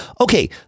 Okay